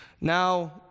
Now